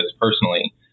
personally